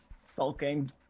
sulking